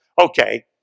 okay